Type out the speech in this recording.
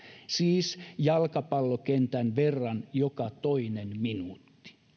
siis jalkapallokentän verran joka toinen minuutti